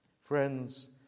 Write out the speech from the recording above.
Friends